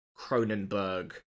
Cronenberg